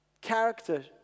Character